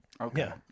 Okay